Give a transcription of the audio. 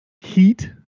Heat